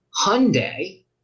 Hyundai